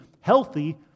healthy